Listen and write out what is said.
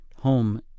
home